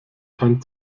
kein